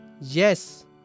Yes